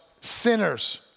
sinners